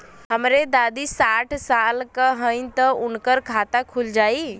हमरे दादी साढ़ साल क हइ त उनकर खाता खुल जाई?